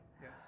Yes